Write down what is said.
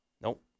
nope